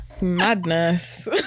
Madness